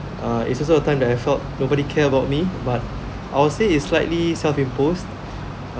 err it's also a time that I felt nobody care about me but I'll say it's slightly self imposed um